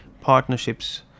partnerships